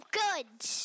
goods